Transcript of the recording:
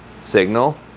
signal